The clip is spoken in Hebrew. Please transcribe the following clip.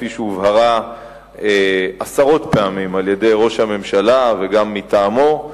כפי שהובהרה עשרות פעמים על-ידי ראש הממשלה וגם מטעמו,